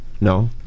No